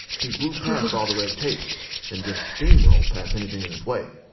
he blew past all the red tape and just steamrolled past anything in his way.